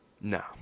No